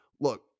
look